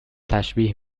تشبیه